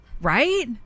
Right